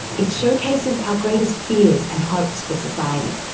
it showcases our greatest fears and hopes for society.